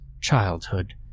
childhood